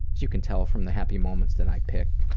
you can tell from the happy moments that i pick,